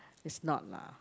is not lah